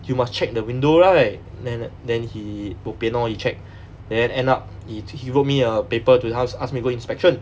you must check the window right then then he bo pian lor he checked then end up he he wrote me a paper to ask ask me to go inspection